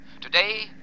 Today